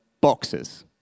boxes